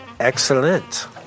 Excellent